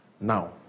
Now